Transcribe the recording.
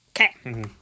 Okay